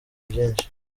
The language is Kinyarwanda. byinshi